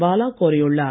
பாலா கோரியுள்ளார்